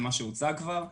אל מה שהוצג כבר.